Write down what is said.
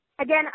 Again